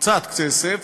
קצת כסף,